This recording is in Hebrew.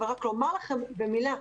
אבל רק לומר לכם במילה,